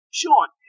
Sean